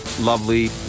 lovely